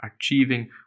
achieving